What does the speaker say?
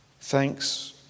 Thanks